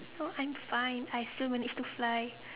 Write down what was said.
oh I'm fine I still managed to fly